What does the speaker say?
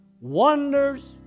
wonders